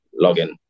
login